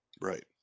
Right